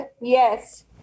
Yes